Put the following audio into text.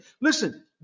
Listen